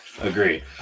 Agree